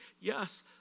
Yes